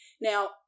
Now